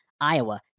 Iowa